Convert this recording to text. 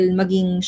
maging